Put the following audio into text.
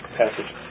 passage